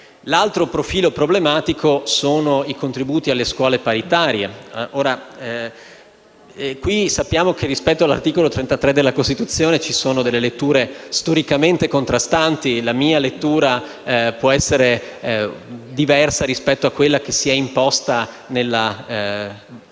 L'altro profilo problematico riguarda i contributi alle scuole paritarie. Qui sappiamo che, rispetto all'articolo 33 della Costituzione, ci sono delle letture storicamente contrastanti. La mia lettura può essere diversa rispetto a quella che si è imposta nella dottrina